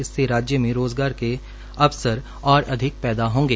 इससे राज्य में रोजगार के अवसर और अधिक पैदा होंगे